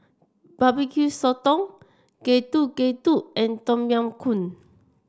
Barbecue Sotong Getuk Getuk and Tom Yam Soup